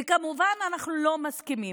וכמובן, אנחנו לא מסכימים,